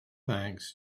thanks